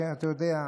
שאתה יודע,